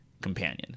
companion